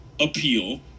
appeal